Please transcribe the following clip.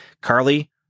Carly